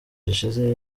gishize